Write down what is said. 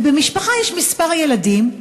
ובמשפחה יש כמה ילדים,